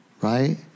right